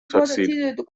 succeed